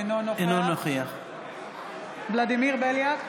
אינו נוכח ולדימיר בליאק,